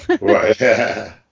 Right